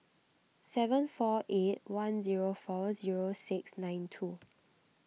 seven four eight one zero four zero six nine two